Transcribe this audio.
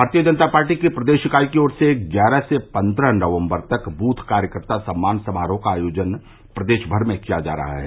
भारतीय जनता पार्टी की प्रदेश इकाई की ओर से ग्यारह से पन्द्रह नवम्बर तक बूथ कार्यकर्ता सम्मान समारोह का आयोजन प्रदेश भर में किया जा रहा है